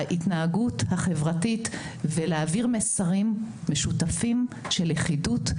ההתנהגות החברתית ולהעביר מסרים משותפים של לכידות,